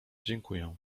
dziękuję